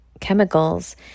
chemicals